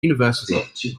university